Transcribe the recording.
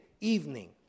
evening